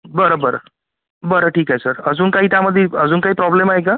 बरं बरं बरं ठीक आहे सर अजून काही त्यामधी अजून काही प्रॉब्लेम आहे का